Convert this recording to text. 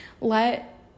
Let